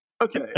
Okay